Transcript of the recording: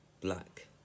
black